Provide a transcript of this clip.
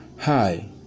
hi